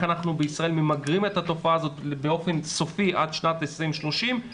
אנחנו בישראל ממגרים את התופעה הזאת באופן סופי עד שנת 2030,